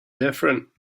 different